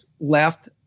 left